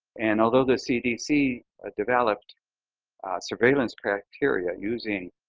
and although the cdc ah developed surveillance criteria using